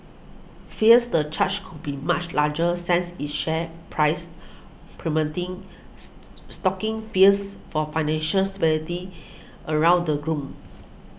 fears the charge could be much larger since its share price plummeting stoking fears for financial stability around the globe